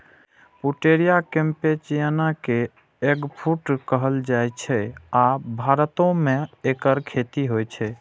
Pouteria campechiana कें eggfruit कहल जाइ छै, आ भारतो मे एकर खेती होइ छै